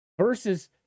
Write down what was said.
versus